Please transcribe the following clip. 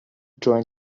join